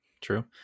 true